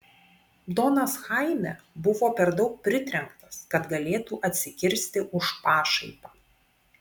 donas chaime buvo per daug pritrenktas kad galėtų atsikirsti už pašaipą